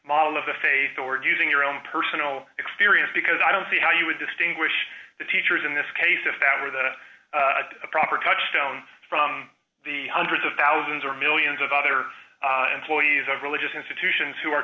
model of the faith or using your own personal experience because i don't see how you would distinguish the teachers in this case if that were the proper touchstone from the hundreds of thousands or millions of other employees of religious institutions who are